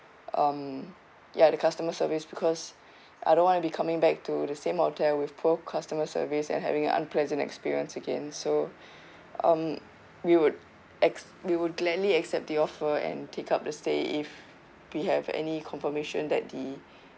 um ya the customer service because I don't want to be coming back to the same hotel with poor customer service and having an unpleasant experience again so um we would ac~ we would gladly accept the offer and take up the stay if we have any confirmation that the